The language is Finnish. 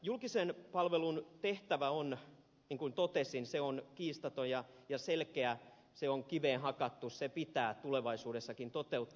julkisen palvelun tehtävä on niin kuin totesin kiistaton ja selkeä se on kiveen hakattu se pitää tulevaisuudessakin toteuttaa